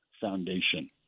foundation